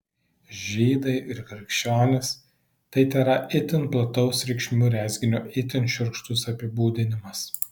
žydai ir krikščionys tai tėra itin plataus reikšmių rezginio itin šiurkštus apibūdinimas